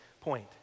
point